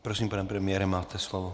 Prosím, pane premiére, máte slovo.